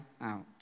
out